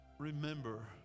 Remember